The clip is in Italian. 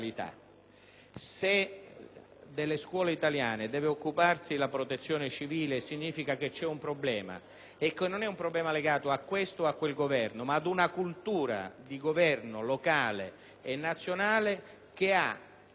Se delle scuole italiane deve occuparsi la Protezione civile significa che esiste un problema, che non è legato a questo o a quel Governo, bensì ad una cultura di governo locale e nazionale che ha messo